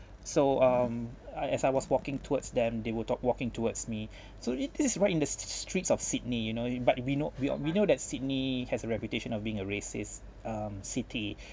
so um I as I was walking towards them they were talk walking towards me so it is right in the streets of sydney you know you but we know we all we know that sydney has a reputation of being a racist um city